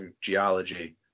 geology